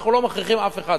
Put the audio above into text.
אנחנו לא מכריחים אף אחד.